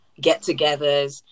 get-togethers